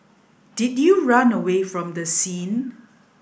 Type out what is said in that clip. did you run away from the scene